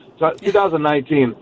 2019